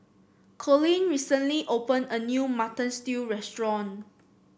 Collin recently opened a new Mutton Stew restaurant